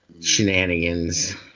shenanigans